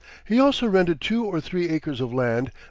he also rented two or three acres of land,